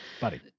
Buddy